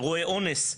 אירועי אונס.